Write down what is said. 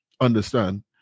understand